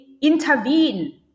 intervene